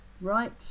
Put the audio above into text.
Right